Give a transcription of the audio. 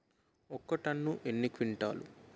ఒక టన్ను ఎన్ని క్వింటాల్లు?